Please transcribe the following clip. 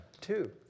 two